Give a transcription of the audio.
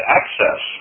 access